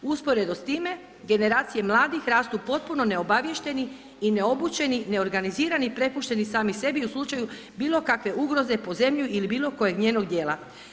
Usporedo s time generacije mladih rasu potpuno neobaviješteni i neobučeni, neorganizirani i prepušteni sami sebi i u slučaju bilo kakve ugroze po zemlju ili bilo kojeg njenog dijela.